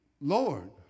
Lord